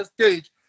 stage